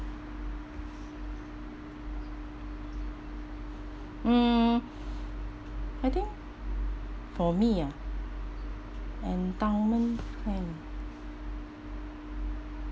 mm I think for me ah endowment plan